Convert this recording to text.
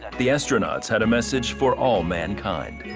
the astronauts had a message for all mankind.